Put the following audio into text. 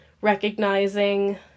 recognizing